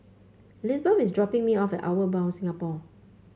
Elizebeth is dropping me off Outward Bound Singapore